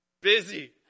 Busy